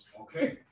Okay